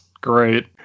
Great